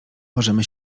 możemy